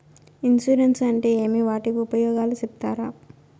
Insurance అంటే ఏమి? వాటి ఉపయోగాలు సెప్తారా?